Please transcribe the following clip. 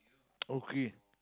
okay